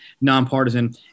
nonpartisan